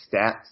stats